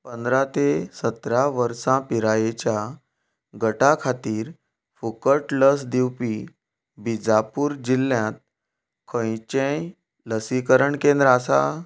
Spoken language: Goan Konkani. पंदरा ते सतरा वर्सां पिरायेच्या गटा खातीर फुकट लस दिवपी बीजापूर जिल्ल्यांत खंयचेंय लसीकरण केंद्र आसा